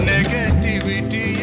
Negativity